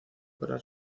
para